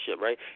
right